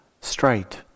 straight